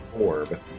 orb